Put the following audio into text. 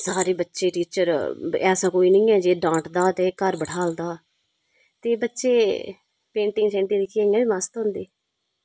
सारे बच्चे टीचर ऐसा कोई निं ऐ जे डांटदा ते घर बठालदा ते बच्चे पेंटिंग शेंटिंग दिक्खियै इ'यां बी मस्त होंदे